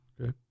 Okay